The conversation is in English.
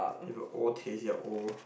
you have a old taste you are old